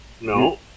No